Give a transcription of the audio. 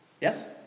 Yes